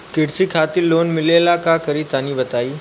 कृषि खातिर लोन मिले ला का करि तनि बताई?